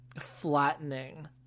flattening